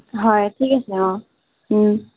হয় ঠিক আছে অঁ